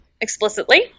explicitly